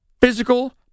physical